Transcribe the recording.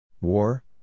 War